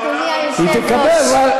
בעולם הבא.